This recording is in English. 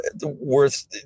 worth